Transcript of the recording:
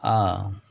ఆ